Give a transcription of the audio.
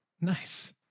nice